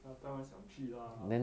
ah 当然想去 lah